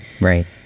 Right